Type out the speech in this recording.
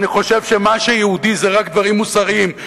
ואני חושב שמה שיהודי זה רק דברים מוסריים,